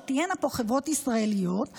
שתהיינה פה חברות ישראליות.